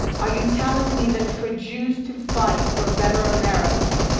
are you telling me that for jews to fight for a better america,